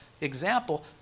example